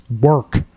work